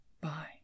Bye